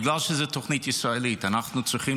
בגלל שזו תוכנית ישראלית שבה אנחנו צריכים